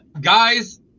Guys